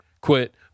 quit